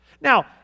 Now